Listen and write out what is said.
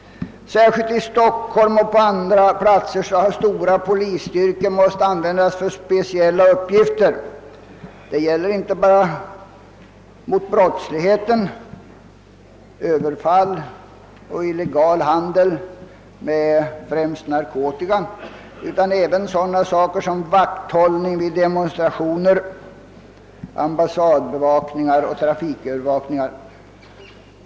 Särskilt i Stockholm men också på vissa andra platser har stora polisstyrkor måst användas för speciella uppgifter. Det gäller inte bara brottslighet, överfall och illegal handel med främst narkolika utan även vakthållning vid demonstrationer, ambassadoch trafikövervakningar och dylikt.